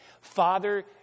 Father